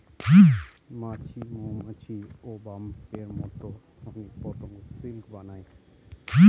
মাছি, মৌমাছি, ওবাস্পের মতো অনেক পতঙ্গ সিল্ক বানায়